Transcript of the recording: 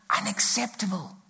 unacceptable